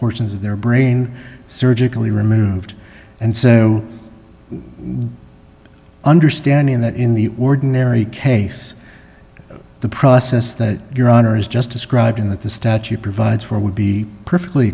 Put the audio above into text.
portions of their brain surgically removed and so understanding that in the ordinary case the process that your honor is just described in that the statute provides for would be perfectly